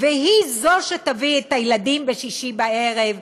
והיא שתביא את הילדים בשישי בערב,